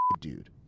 dude